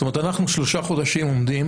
זאת אומרת אנחנו שלושה חודשים עובדים